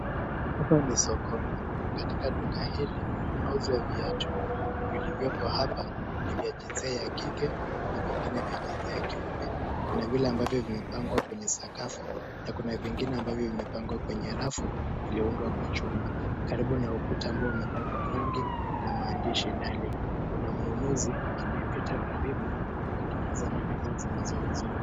Hapa ni sokoni, katika duka hili kunauzwa viatu, vilivyopo hapa ni ya jinsia ya kike na vingine vya jinsia ya kiume. Kuna vile ambavyo vimepangwa kwenye sakafu na kuna vingine ambavyo vimepangwa kwenye rafu iliyoundwa kwa chuma karibu na ukuta ambao umepakwa rangi na maandishi darling . Kuna mnunuzi anayepita karibu huku akitazama bidhaa zinazouzwa.